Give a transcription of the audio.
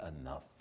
enough